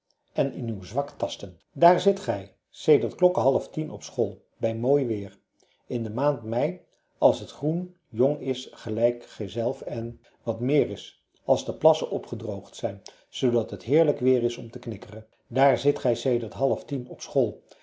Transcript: en in uw zwak tasten daar zit gij sedert klokke halftien op school bij mooi weer in de maand mei als het groen jong is gelijk gijzelf en wat meer is als de plassen opgedroogd zijn zoodat het heerlijk weer is om te knikkeren daar zit gij sedert halftien op de school